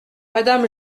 madame